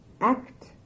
act